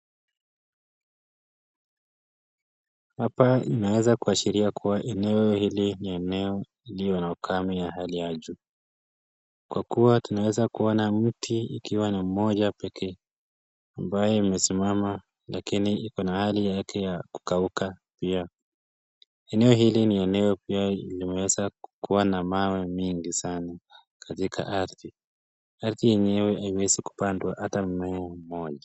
Hapa inaweza kuashilia kuwa eneo hii ni eneo ilio na ukame ya hali ya juu. Kwa kuwa tunaweza kuona mti ikiwa na mmoja pekee, ambaye imesimama lakini iko na hali yake ya kukauka pia. Eneo hili ni eneo pia limeweza kukuwa na mawe mingi sana katika ardhi. Ardhi yenyewe iwezi kupandwa ata mmea moja.